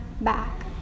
back